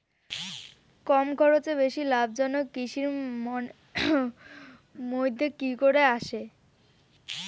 কম খরচে বেশি লাভজনক কৃষির মইধ্যে কি কি আসে?